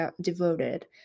devoted